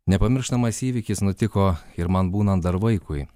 nepamirštamas įvykis nutiko ir man būnant dar vaikui